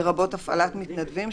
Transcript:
לרבות הפעלת מתנדבים,